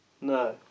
no